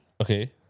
Okay